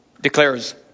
declares